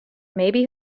maybe